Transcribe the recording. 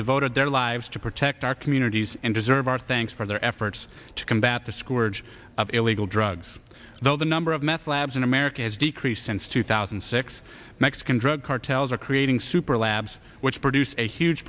devoted their lives to protect our communities and deserve our thanks for their efforts to combat the squared of illegal drugs though the number of meth labs in america has decreased since two thousand and six mexican drug cartels are creating super labs which produce a huge